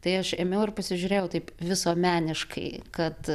tai aš ėmiau ir pasižiūrėjau taip visuomeniškai kad